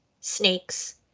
snakes